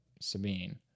Sabine